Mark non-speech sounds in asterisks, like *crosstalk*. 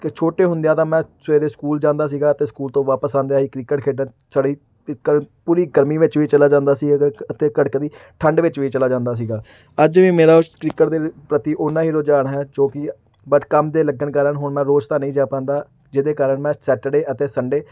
ਕਿ ਛੋਟੇ ਹੁੰਦਿਆਂ ਤਾਂ ਮੈਂ ਸਵੇਰੇ ਸਕੂਲ ਜਾਂਦਾ ਸੀਗਾ ਅਤੇ ਸਕੂਲ ਤੋਂ ਵਾਪਸ ਆਉਂਦਿਆਂ ਹੀ ਕ੍ਰਿਕਟ ਖੇਡਣ ਸੜੀ *unintelligible* ਪੂਰੀ ਗਰਮੀ ਵਿੱਚ ਵੀ ਚਲਾ ਜਾਂਦਾ ਸੀ ਅਗਰ ਅਤੇ ਕੜਕਦੀ ਠੰਡ ਵਿੱਚ ਵੀ ਚਲਾ ਜਾਂਦਾ ਸੀਗਾ ਅੱਜ ਵੀ ਮੇਰਾ ਕ੍ਰਿਕਟ ਦੇ ਪ੍ਰਤੀ ਉੰਨਾ ਹੀ ਰੁਝਾਨ ਹੈ ਜੋ ਕਿ ਬਟ ਕੰਮ ਦੇ ਲੱਗਣ ਕਾਰਨ ਹੁਣ ਮੈਂ ਰੋਜ਼ ਤਾਂ ਨਹੀਂ ਜਾ ਪਾਉਂਦਾ ਜਿਹਦੇ ਕਾਰਨ ਮੈਂ ਸੈਟਰਡੇ ਅਤੇ ਸੰਡੇ